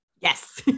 yes